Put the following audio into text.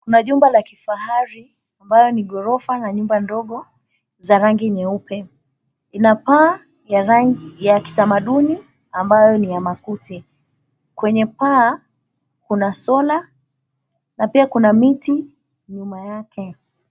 Kuna jumba la kifahari ambayo ni ghorofa na nyumba ndogo za rangi nyeupe. Ina paa ya rangi ya kitamaduni ambayo ni ya makuti. Kwenye paa kuna solar na pia kuna miti nyuma yake.